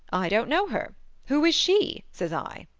i don't know her who is she says i.